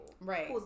right